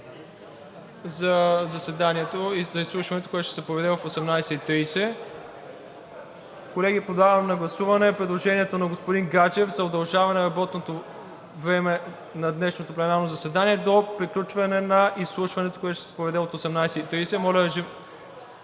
за заседанието и за изслушването, което ще се проведе в 18,30 ч. Колеги, подлагам на гласуване предложението на господин Гаджев за удължаване на работното време на днешното пленарно заседание до приключване на изслушването, което ще се проведе от 18,30 ч. Гласували